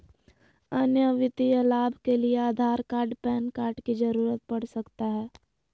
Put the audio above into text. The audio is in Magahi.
अन्य वित्तीय लाभ के लिए आधार कार्ड पैन कार्ड की जरूरत पड़ सकता है?